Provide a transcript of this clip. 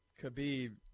Khabib